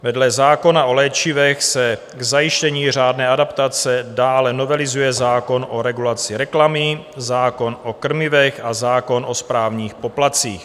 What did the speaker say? Vedle zákona o léčivech se k zajištění řádné adaptace dále novelizuje zákon o regulaci reklamy, zákon o krmivech a zákon o správních poplatcích.